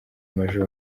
maj